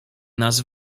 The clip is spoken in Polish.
nas